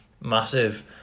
massive